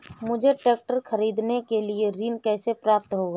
मुझे ट्रैक्टर खरीदने के लिए ऋण कैसे प्राप्त होगा?